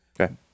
Okay